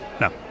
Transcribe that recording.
No